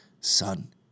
son